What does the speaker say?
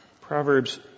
Proverbs